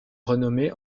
renommée